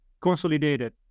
Consolidated